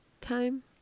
time